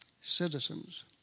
citizens